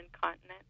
continent